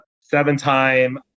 seven-time